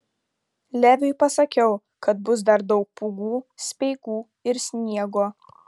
leviui pasakiau kad bus dar daug pūgų speigų ir sniego